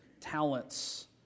talents